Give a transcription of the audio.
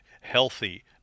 healthy